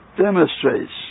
demonstrates